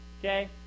Okay